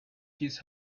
his